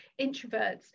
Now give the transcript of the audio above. introverts